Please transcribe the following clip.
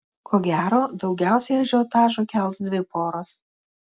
ko gero daugiausiai ažiotažo kels dvi poros